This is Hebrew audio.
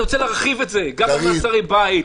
אני רוצה להרחיב את זה גם למעצרי בית,